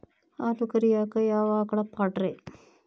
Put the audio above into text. ಹಾಲು ಕರಿಯಾಕ ಯಾವ ಆಕಳ ಪಾಡ್ರೇ?